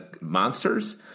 monsters